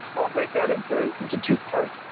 i'll break that into into two parts.